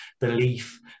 belief